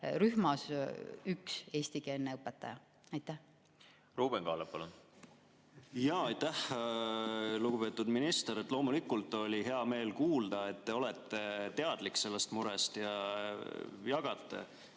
rühmas üks eestikeelne õpetaja. Aitäh!